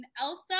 Elsa